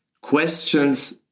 Questions